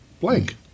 Blank